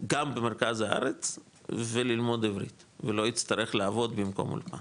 גם במרכז הארץ וללמוד עברית ולא יצטרך לעבוד במקום האולפן